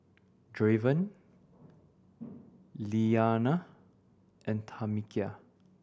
Draven Lilianna and Tamekia